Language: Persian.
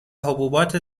حبوبات